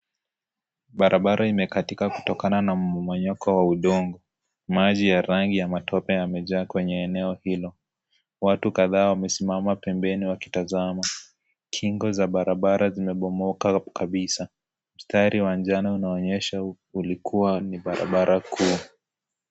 Barabara imekatika kutokana na mmomonyoko wa udongo, maji ya rangi ya matope yamejaa kwenye eneo hilo, watu kadhaa wamesimama pembeni wakitazama, kingo za barabara zimebomoka kabisa, mstari wa njano unaonyesha ulikua ni barabara kuu.